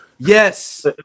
Yes